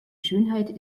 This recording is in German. schönheit